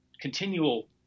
continual